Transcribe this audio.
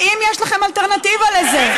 האם יש לכם אלטרנטיבה לזה?